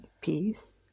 peace